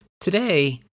Today